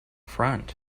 front